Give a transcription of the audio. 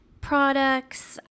products